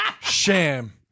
sham